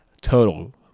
total